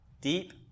deep